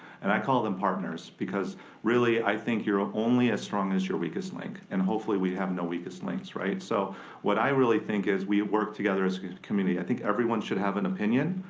and i call them partners, because really i think you're ah only as strong as your weakest link, and hopefully we have no weakest links, right? so what i really think is we work together as a community. i think everyone should have an opinion.